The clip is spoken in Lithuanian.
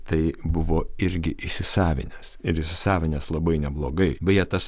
tai buvo irgi įsisavinęs ir įsisavinęs labai neblogai beje tas